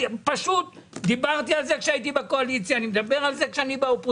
אני דיברתי על זה כשהייתי בקואליציה ואני מדבר על זה כשאני באופוזיציה.